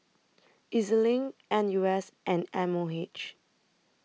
E Z LINK N U S and M O H